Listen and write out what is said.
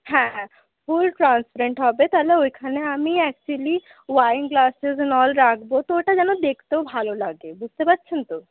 হ্যাঁ full transparent হবে তাহলে ওইখানে আমি actually wine glasses and all রাখবো তো ওটা যেন দেখতেও ভালো লাগে বুঝতে পারছেন তো